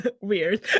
weird